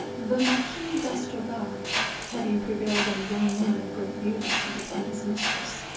the marquis d'astrogas having prevailed on a young woman of great beauty to become his mistress,